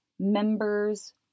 members